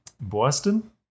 Boston